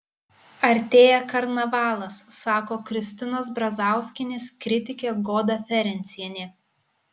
artėja karnavalas sako kristinos brazauskienės kritikė goda ferencienė